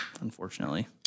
Unfortunately